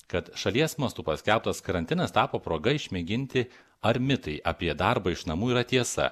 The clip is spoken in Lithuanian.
kad šalies mastu paskelbtas karantinas tapo proga išmėginti ar mitai apie darbą iš namų yra tiesa